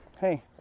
hey